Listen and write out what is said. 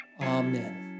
Amen